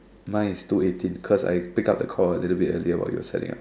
mine is two eighteen cause I pick up the call a little bit earlier while you were setting up